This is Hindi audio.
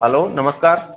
हलो नमस्कार